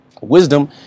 Wisdom